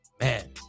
Man